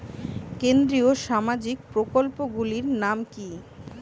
কেন্দ্রীয় সামাজিক প্রকল্পগুলি নাম কি কি?